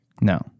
No